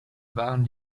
waren